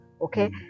Okay